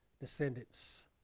descendants